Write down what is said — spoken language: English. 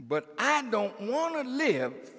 but i'm don't want to live